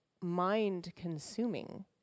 mind-consuming